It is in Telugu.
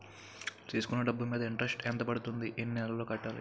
తీసుకున్న డబ్బు మీద ఇంట్రెస్ట్ ఎంత పడుతుంది? ఎన్ని నెలలో కట్టాలి?